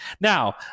Now